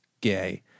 gay